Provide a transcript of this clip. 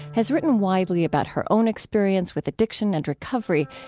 has written widely about her own experience with addiction and recovery,